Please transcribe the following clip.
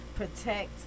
Protect